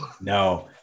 No